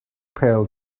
pêl